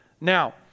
Now